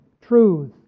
truth